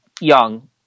Young